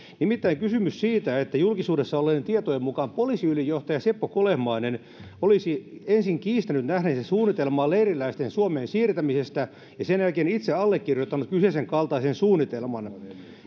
nimittäin kysymyksen siitä että julkisuudessa olleiden tietojen mukaan poliisiylijohtaja seppo kolehmainen olisi ensin kiistänyt nähneensä suunnitelmaa leiriläisten suomeen siirtämisestä ja olisi sen jälkeen itse allekirjoittanut kyseisen kaltaisen suunnitelman